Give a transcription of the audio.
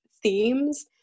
themes